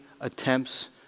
attempts